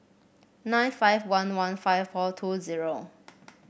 nine five one one five four two zero